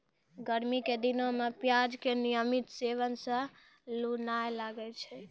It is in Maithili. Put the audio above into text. गर्मी के दिनों मॅ प्याज के नियमित सेवन सॅ लू नाय लागै छै